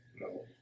No